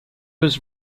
was